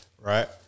Right